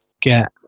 get